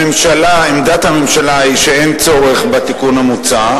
עמדת הממשלה היא שאין צורך בתיקון המוצע,